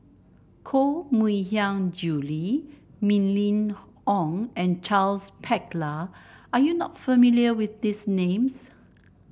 Koh Mui Hiang Julie Mylene Ong and Charles Paglar are you not familiar with these names